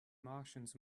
martians